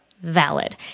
valid